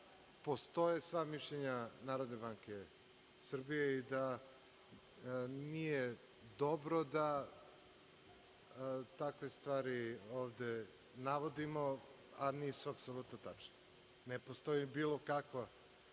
postoje sva mišljenja Narodne banke Srbije i da nije dobro da takve stvari ovde navodimo, a nisu apsolutno tačne. Ne postoje bilo kakva